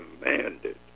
commanded